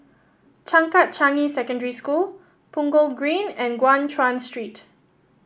Changkat Changi Secondary School Punggol Green and Guan Chuan Street